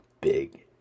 Big